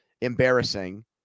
embarrassing